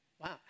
Wow